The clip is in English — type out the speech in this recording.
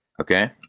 Okay